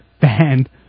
band